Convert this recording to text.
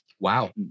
Wow